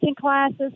classes